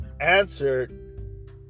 answered